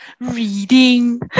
reading